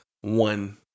One